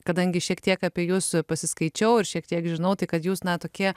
kadangi šiek tiek apie jus pasiskaičiau ir šiek tiek žinau tai kad jūs na tokie